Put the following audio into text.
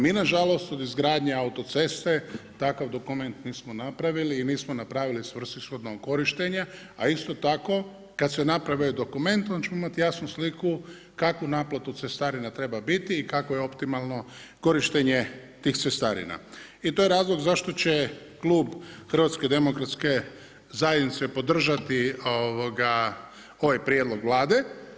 Mi na žalost od izgradnje autoceste, takav dokument nismo napravili i nismo napravili svrsishodno okorištene, a isto tako, kada se napravi ovaj dokument, onda ćemo imati jasnu sliku kakvu naplatu cestarina treba biti i kako je optimalno korištenje tih cestarina i to je razlog zašto će Klub HDZ-a podržati ovaj prijedlog Vlade.